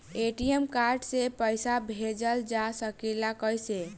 ATM card से पइसा भेजल जा सकेला कइसे?